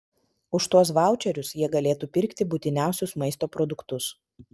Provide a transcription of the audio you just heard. už tuos vaučerius jie galėtų pirkti būtiniausius maisto produktus